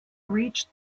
reached